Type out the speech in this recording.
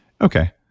Okay